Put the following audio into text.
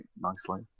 nicely